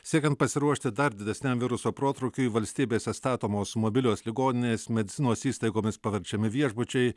siekiant pasiruošti dar didesniam viruso protrūkiui valstybėse statomos mobilios ligoninės medicinos įstaigomis paverčiami viešbučiai